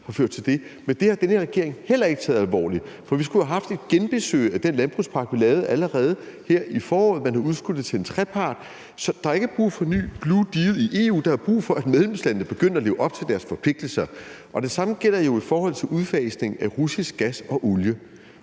har ført til det. Men den her regering har heller ikke taget det alvorligt, for vi skulle allerede her i foråret have haft et genbesøg af den landbrugspakke, vi lavede, men man har udskudt det til en trepart. Så der er ikke brug for en ny blue deal i EU; der er brug for, at medlemslandene begynder at leve op til deres forpligtelser. Det samme gælder jo i forhold til udfasningen af russisk gas og olie,